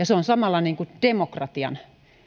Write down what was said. se on samalla demokratian